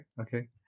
Okay